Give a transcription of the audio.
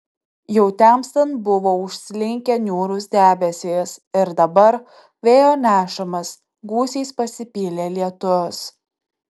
jau temstant buvo užslinkę niūrūs debesys ir dabar vėjo nešamas gūsiais pasipylė lietus